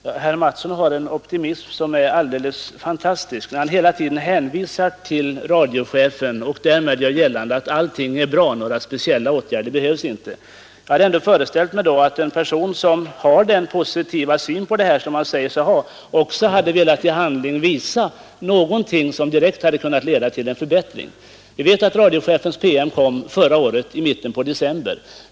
Herr talman! Herr Mattsson i Lane-Herrestad har en optimism, som är alldeles fantastisk. Han hänvisar hela tiden till radiochefen och gör därmed gällande att allting är bra; några speciella åtgärder behövs inte. Jag hade ändå föreställt mig att en person, som har en så positiv syn på kristna värderingar som herr Mattsson säger sig ha, också hade velat i handling visa på någonting som kunnat leda till en förbättring. Vi vet att radiochefens promemoria kom i mitten av december förra året.